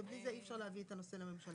ובלי זה אי אפשר להביא את הנושא הזה לממשלה.